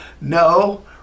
no